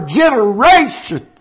generation